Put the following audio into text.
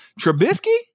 Trubisky